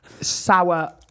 sour